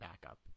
backup